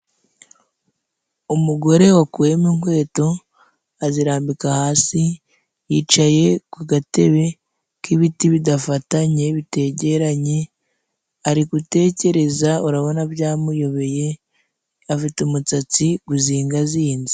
Umugore wakuyemo inkweto azirambika hasi， yicaye ku gatebe k'ibiti bidafatanye，bitegeranye ari gutekereza，urabona byamuyobeye afite umusatsi guzingazinze.